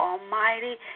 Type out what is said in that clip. Almighty